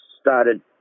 started